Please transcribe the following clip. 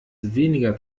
weniger